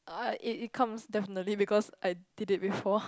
uh it it comes definitely because I did it before